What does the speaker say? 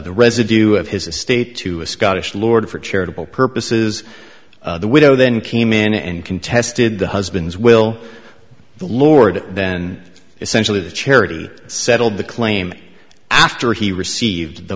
the residue of his estate to a scottish lord for charitable purposes the widow then came in and contested the husband's will the lord then essentially the charity settled the claim after he received the